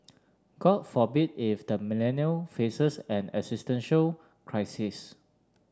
God forbid if the Millennial faces an existential crisis